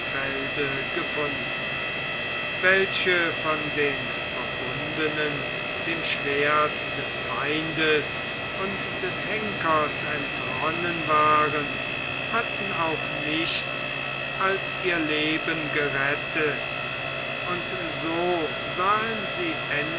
gefunden welche von den verbundenen dem schwert des feindes und des henkers entronnen waren hatten auch nichts als ihr leben gerettet und so sahen sie